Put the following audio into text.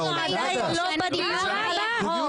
לא, אנחנו עדיין לא בדיון על החוק.